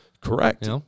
Correct